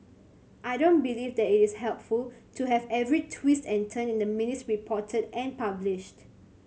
I don't believe that it is helpful to have every twist and turn in the minutes reported and published